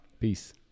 peace